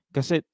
Kasi